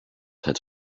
het